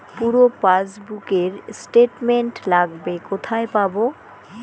পুরো পাসবুকের স্টেটমেন্ট লাগবে কোথায় পাব?